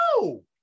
no